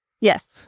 Yes